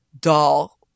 doll